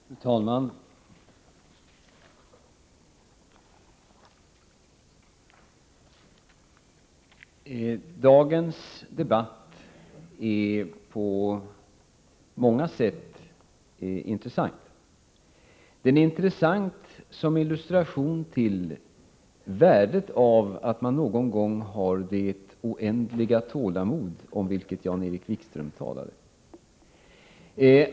Fru talman! Dagens debatt är på många sätt intressant. Den är intressant som illustration till värdet av att man någon gång har det oändliga tålamod om vilket Jan-Erik Wikström talade.